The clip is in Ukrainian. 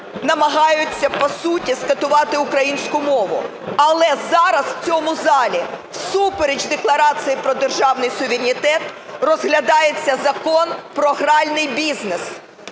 намагаються по суті скатувати українську мову, але зараз, в цьому залі, всупереч Декларації про державний суверенітет, розглядається закон про гральний бізнес.